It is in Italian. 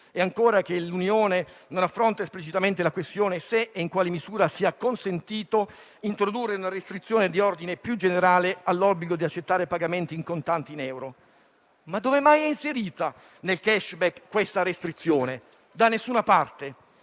e ancora che l'Unione non affronta «esplicitamente la questione se, o in quale misura, sia consentito introdurre una restrizione di ordine più generale all'obbligo di accettare pagamenti in contanti in euro». Ma dove mai è inserita nel *cashback* questa restrizione? Da nessuna parte.